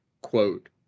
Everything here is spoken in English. quote